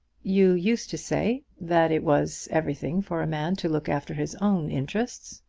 you used to say that it was everything for a man to look after his own interests.